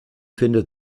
findet